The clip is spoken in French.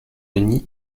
denis